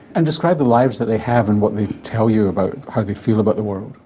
and describe the lives that they have and what they tell you about how they feel about the world.